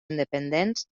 independents